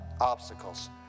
Obstacles